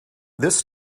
this